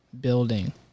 building